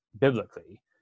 biblically